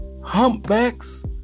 humpbacks